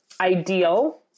ideal